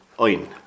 oin